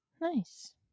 nice